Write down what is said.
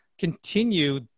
continue